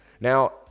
Now